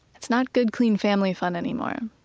it's not good clean family fun anymore.